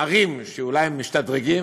ערים שאולי משתדרגות,